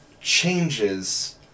changes